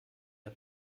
der